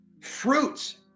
fruits